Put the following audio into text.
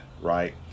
right